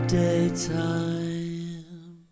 daytime